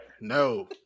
No